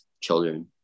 children